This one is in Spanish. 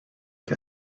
que